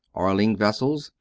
oiling vessels,